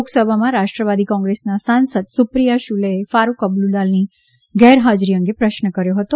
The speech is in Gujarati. લોકસભામાં રાષ્ટ્રવાદી કોંગ્રેસના સાંસદ સુપ્રિથા શ્ર્લેએ ફારૂક અબ્દુલ્લાની ગેરહાજપી અંગે પ્રશ્ન કર્યો હતો